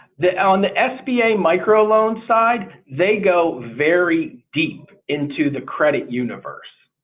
the, and the sba microloan side they go very deep into the credit universe.